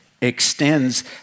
extends